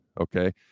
okay